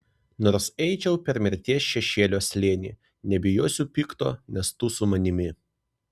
nors eičiau per mirties šešėlio slėnį nebijosiu pikto nes tu su manimi